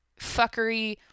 fuckery